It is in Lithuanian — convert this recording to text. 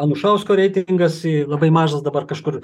anušausko reitingas ir labai mažas dabar kažkur